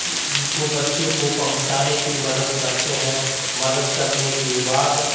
को बच्चों को पहुँचाने की मदद करते हैं मदद करने के बाद